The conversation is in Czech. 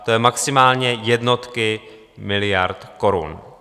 To jsou maximálně jednotky miliard korun.